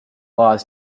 laws